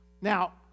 Now